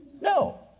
No